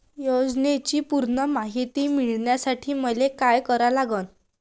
योजनेची पूर्ण मायती मिळवासाठी मले का करावं लागन?